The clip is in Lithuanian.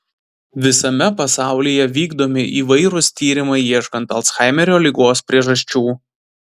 visame pasaulyje vykdomi įvairūs tyrimai ieškant alzheimerio ligos priežasčių